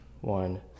one